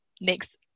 next